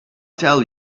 tell